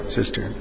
sister